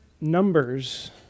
numbers